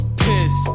piss